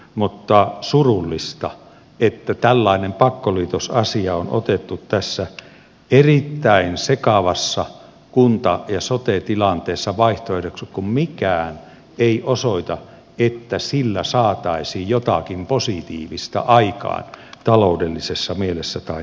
mutta on surullista että tällainen pakkoliitosasia on otettu tässä erittäin sekavassa kunta ja sote tilanteessa vaihtoehdoksi kun mikään ei osoita että sillä saataisiin jotakin positiivista aikaan taloudellisessa mielessä tai muuten